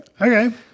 Okay